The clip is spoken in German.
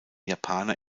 japaner